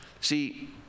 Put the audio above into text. See